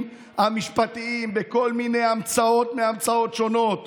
המשפטיים בכל מיני המצאות מהמצאות שונות,